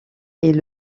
est